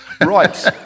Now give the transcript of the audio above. Right